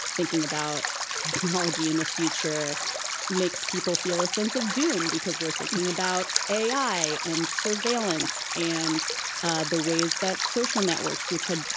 thinking about technology in the future makes people feel a sense of doom because we're thinking about a i. and surveillance and ah the ways that social networks which had,